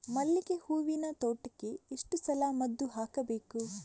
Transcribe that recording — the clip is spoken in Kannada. ಮಲ್ಲಿಗೆ ಹೂವಿನ ತೋಟಕ್ಕೆ ಎಷ್ಟು ಸಲ ಮದ್ದು ಹಾಕಬೇಕು?